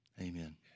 Amen